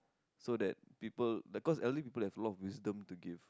so that people like cause elderly people have a lot of wisdom to give